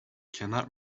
cannot